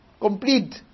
complete